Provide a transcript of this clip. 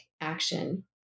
action